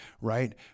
right